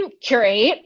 Curate